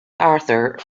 arthur